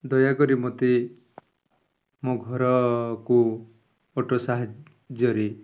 ଦୟାକରି ମୋତେ ମୋ ଘରକୁ ଅଟୋ ସାହାଯ୍ୟରେ